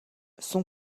son